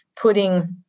putting